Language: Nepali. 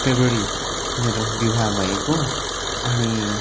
फरवरी मेरो विवाह भएको अनि